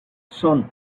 son